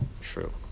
true